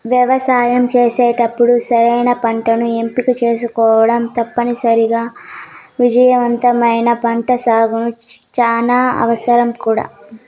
వ్యవసాయం చేసేటప్పుడు సరైన పంటను ఎంపిక చేసుకోవటం తప్పనిసరి, విజయవంతమైన పంటసాగుకు చానా అవసరం కూడా